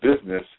business